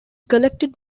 collected